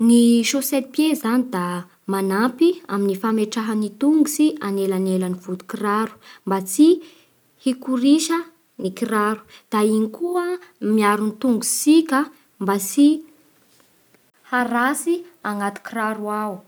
Ny chausse-pied zany da manampy amin'ny fametraha ny tongotsy anelanelan'ny vodin-kiraro mba tsy hikorisa ny kiraro. Da igny koa miaro ny tongotsitsika mba tsy haratsy agnaty kiraro ao.